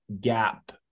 gap